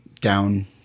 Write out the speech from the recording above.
down